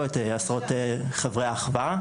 ואת עשרות חברי האחווה,